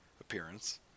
appearance